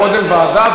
קודם ועדה,